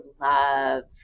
love